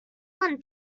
one